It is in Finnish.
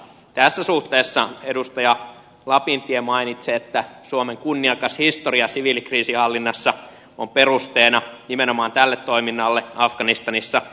tässä suhteessa edustaja lapintie mainitsi että suomen kunniakas historia siviilikriisinhallinnassa on perusteena nimenomaan tälle toiminnalle afganistanissa